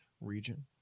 region